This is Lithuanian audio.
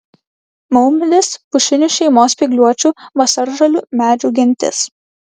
maumedis pušinių šeimos spygliuočių vasaržalių medžių gentis